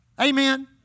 Amen